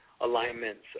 alignments